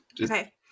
Okay